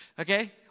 Okay